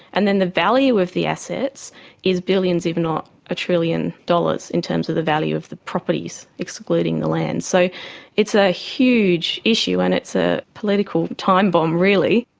and then the value of the assets is billions if not a trillion dollars in terms of the value of the properties excluding the land. so it's a huge issue and it's a political time bomb really.